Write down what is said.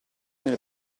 nel